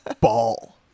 ball